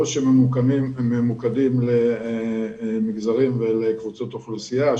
שממוקדים למגזרים ולקבוצות אוכלוסייה.